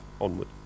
onward